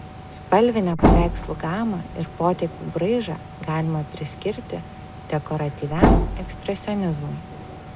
spalvinę paveikslų gamą ir potėpių braižą galima priskirti dekoratyviam ekspresionizmui